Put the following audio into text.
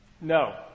No